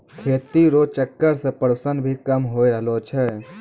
खेती रो चक्कर से प्रदूषण भी कम होय रहलो छै